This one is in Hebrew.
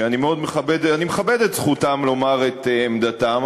שאני מכבד את זכותם לומר את עמדתם,